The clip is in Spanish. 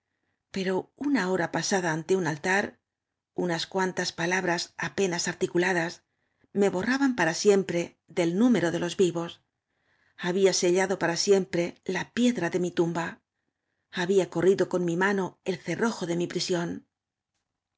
pero una hora pasada ante un altar unas cuantas palabras apenas ar ticuladas me horraban para siempredel número de los vivos habfa sellado para siempre la pie dra de mi tumba había corrido con mi mano el cerrojo de mi prisión